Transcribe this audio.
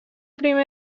primer